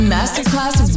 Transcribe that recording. Masterclass